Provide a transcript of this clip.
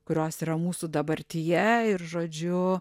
kurios yra mūsų dabartyje ir žodžiu